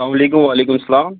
اسلام علیکُم وعلیکُم سلام